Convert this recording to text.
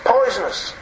poisonous